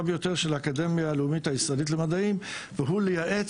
ביותר של האקדמיה הלאומית הישראלית למדעים לייעץ